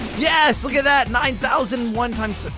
yesss! look at that, nine thousand one hundred.